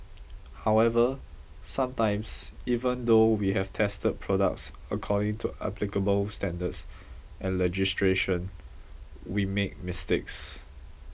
however sometimes even though we have tested products according to applicable standards and legislation we make mistakes